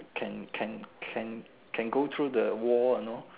can can can can go through the wall you know